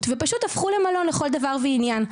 ופשוט הדירות האלה הפכו לבית מלון לכל דבר ועניין,